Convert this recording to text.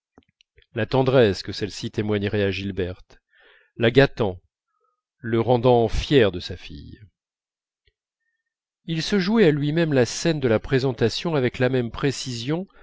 la tendresse que celle-ci témoignerait à gilberte la gâtant le rendant fier de sa fille il se jouait à lui-même la scène de la présentation avec la même précision